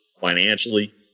financially